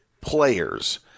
players